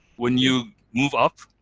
when you move up,